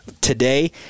today